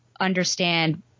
understand